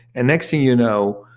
and next thing you know,